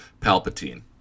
Palpatine